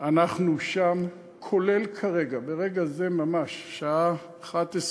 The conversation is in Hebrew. אנחנו שם, כולל כרגע, ברגע זה ממש, בשעה 11:44,